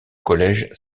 collège